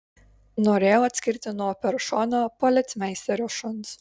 norėjau atskirti nuo peršono policmeisterio šuns